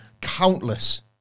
countless